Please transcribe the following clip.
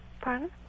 pardon